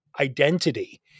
identity